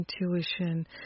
intuition